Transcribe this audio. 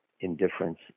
indifference